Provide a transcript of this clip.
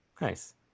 nice